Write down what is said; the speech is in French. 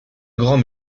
grand